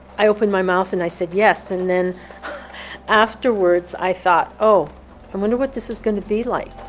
i opened my mouth and i said yes. and then afterward i thought, oh. i wonder what this is going to be like